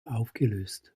aufgelöst